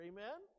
Amen